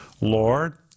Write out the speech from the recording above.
Lord